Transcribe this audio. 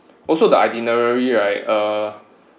also the itinerary right uh